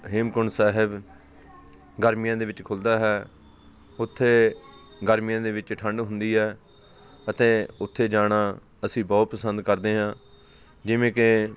ਹੇਮਕੁੰਟ ਸਾਹਿਬ ਗਰਮੀਆਂ ਦੇ ਵਿੱਚ ਖੁੱਲਦਾ ਹੈ ਉੱਥੇ ਗਰਮੀਆਂ ਦੇ ਵਿੱਚ ਠੰਡ ਹੁੰਦੀ ਹੈ ਅਤੇ ਉੱਥੇ ਜਾਣਾ ਅਸੀਂ ਬਹੁਤ ਪਸੰਦ ਕਰਦੇ ਹਾਂ ਜਿਵੇਂ ਕਿ